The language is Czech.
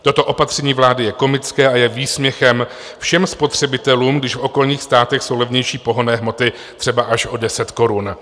Toto opatření vlády je komické a je výsměchem všem spotřebitelům, když v okolních státech jsou levnější pohonné hmoty třeba až o 10 korun.